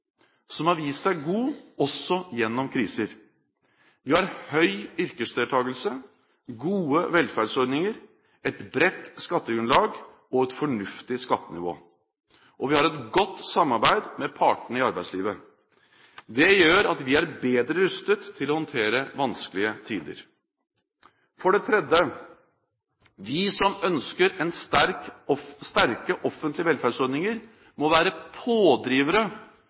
som har vist seg god – også gjennom kriser. Vi har høy yrkesdeltakelse, gode velferdsordninger, et bredt skattegrunnlag og et fornuftig skattenivå. Og vi har et godt samarbeid med partene i arbeidslivet. Det gjør at vi er bedre rustet til å håndtere vanskelige tider. For det tredje: Vi som ønsker sterke offentlige velferdsordninger, må være pådrivere